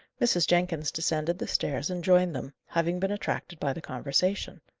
mrs. jenkins descended the stairs and joined them, having been attracted by the conversation.